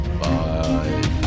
Bye